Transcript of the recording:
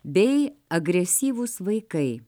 bei agresyvūs vaikai